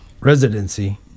residency